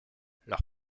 leur